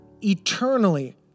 Eternally